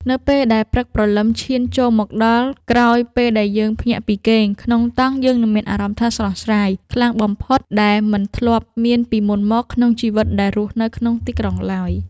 នៅពេលដែលព្រឹកព្រលឹមឈានចូលមកដល់ក្រោយពេលដែលយើងភ្ញាក់ពីគេងក្នុងតង់យើងនឹងមានអារម្មណ៍ថាស្រស់ស្រាយខ្លាំងបំផុតដែលមិនធ្លាប់មានពីមុនមកក្នុងជីវិតដែលរស់ក្នុងទីក្រុងឡើយ។